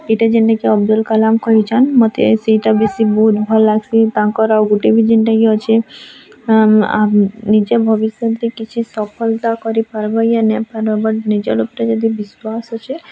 ଇଟା ଜେନ୍ଟାକି ଅବ୍ଦୁଲ୍ କାଲାମ୍ କହିଚନ୍ ମତେ ସେଟା ବେଶୀ ବହୁତ୍ ଭଲ୍ ଲାଗ୍ସି ତାଙ୍କର୍ ଆଉ ଗୁଟେ ବି ଜେଣ୍ଟାକି ଅଛେ ଆମ ନିଜ ଭବିଷ୍ୟତରେ କିଛି ସଫଲତା କରିପାରବ ୟା ନେହିଁ ପାର ବଟ୍ ନିଜର୍ ଉପ୍ରେ ଯଦି ବିଶ୍ଵାସ୍ ଅଛେ